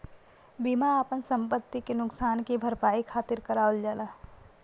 बीमा आपन संपति के नुकसान की भरपाई खातिर करावल जाला